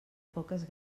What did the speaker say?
poques